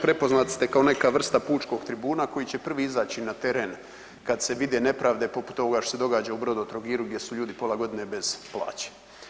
Prepoznat ste kao neka vrsta pučkog tribuna koji će prvi izaći na teren kad se vide nepravde poput ovoga što se događa u Brodotrogiru gdje su ljudi pola godine bez plaće.